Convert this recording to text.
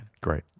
Great